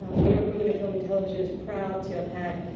um new york women in film and television is proud to have had,